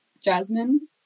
Jasmine